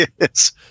Yes